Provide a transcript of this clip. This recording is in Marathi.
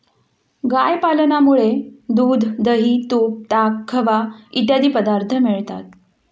गाय पालनामुळे दूध, दही, तूप, ताक, खवा इत्यादी पदार्थ मिळतात